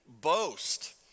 boast